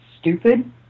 stupid